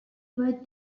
were